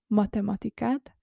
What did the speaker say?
matematikát